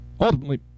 ultimately